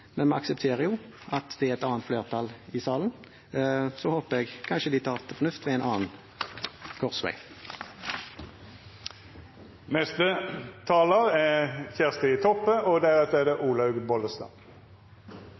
men vi aksepterer at det er et annet flertall i salen. Så håper jeg de kanskje tar til fornuft ved en annen korsvei. No skal eg snakka litt ufornuft. Senterpartiet meiner det ikkje er